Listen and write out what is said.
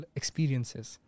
experiences